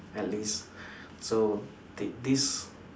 at least so th~ this